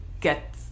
get